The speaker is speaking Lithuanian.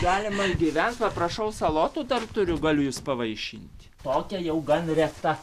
galima gyventi va prašau salotų dar turiu galiu jus pavaišint tokia jau gan reta